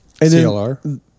CLR